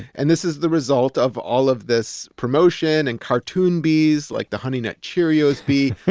and this is the result of all of this promotion and cartoon bees like the honey nut cheerios bee.